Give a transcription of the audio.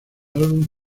álbum